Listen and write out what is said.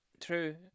True